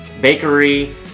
bakery